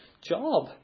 job